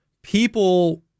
People